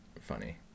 funny